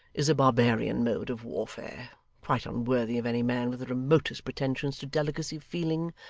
is a barbarian mode of warfare quite unworthy of any man with the remotest pretensions to delicacy of feeling,